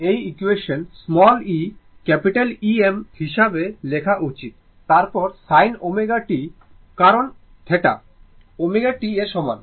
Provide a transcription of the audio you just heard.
এই equation e Em হিসাবে লেখা উচিত তারপর sin ω t কারণ θ ω t এর সমান